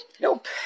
nope